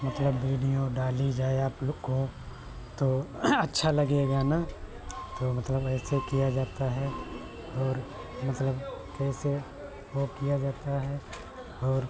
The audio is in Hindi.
मतलब वीडियो डाली जाए आप लोग को तो अच्छा लगेगा ना तो मतलब ऐसे किया जाता है और मतलब कैसे वह किया जाता है और